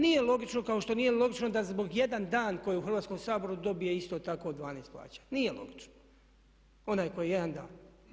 Nije logično kao što nije logično da zbog jedan dan koji je u Hrvatskom saboru dobije isto tako 12 plaća, nije logično onaj koji je jedan dan.